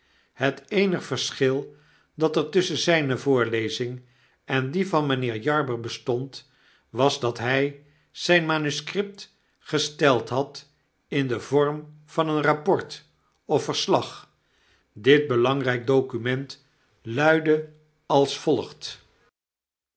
het eenige verschil dat er tusschen zijne voorlezing en die van mynheer jarber bestond was dat hi zgn manuscript gesteld had in den vorm van een rapport of verslag dit belangrgk document luidde als volgt